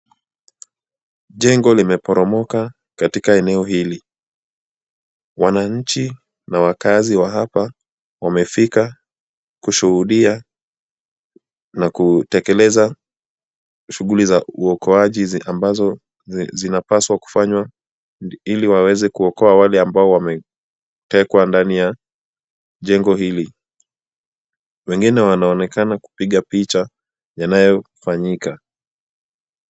Jengo limeporomoka katika eneo hili. wananchi na wakaazi wa hapa wamefika kushuhudia na kutekeleza shughuli za uokoaji ambazo zinapaswa kufanywa ili waweze kuokoa wale ambao wametekwa ndani ya jengo hili wengine wanaonekana kupiga picha yanayofanyika.